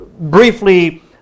briefly